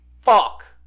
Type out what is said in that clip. fuck